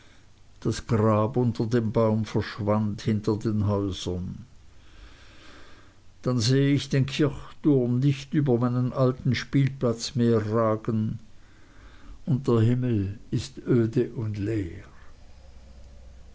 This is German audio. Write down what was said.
das grab unter dem baum verschwand hinter den häusern dann sehe ich den kirchturm nicht über meinem alten spielplatz mehr ragen und der himmel ist öde und leer